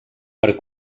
per